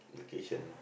location